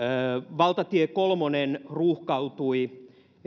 valtatie kolmonen ruuhkautui